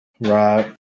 Right